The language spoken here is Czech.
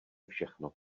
všechno